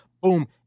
Boom